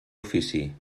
ofici